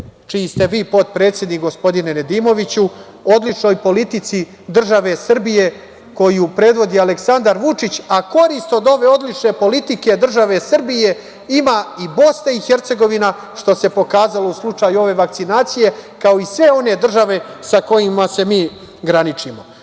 čiji ste vi potpredsednik gospodine Nedimoviću, odličnoj politici države Srbije koju predvodi Aleksandar Vučić, a korist od ove odlične politike države Srbije ima i BiH, što se pokazalo u slučaju ove vakcinacije, kao i sve one države sa kojima se mi graničimo. Moram